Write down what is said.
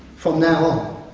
from now